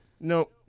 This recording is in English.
no